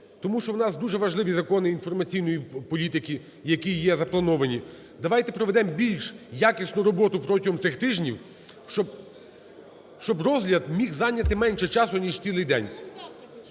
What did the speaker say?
тому що в нас дуже важливі закони інформаційної політики, які є заплановані. Давайте проведемо більш якісну роботу протягом цих тижнів, щоб розгляд міг зайняти менше часу ніж цілий день.